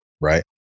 right